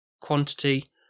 quantity